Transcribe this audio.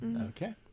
Okay